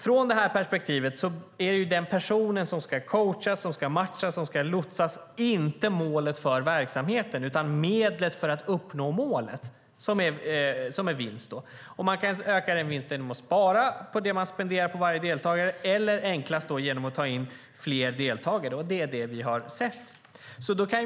Ur detta perspektiv är den person som ska coachas, matchas och lotsas inte målet för verksamheten, utan medlet för att uppnå målet, som är vinst. Man kan öka den vinsten genom att spara på det man spenderar på varje deltagare, eller enklast genom att ta in fler deltagare. Och det är det vi har sett.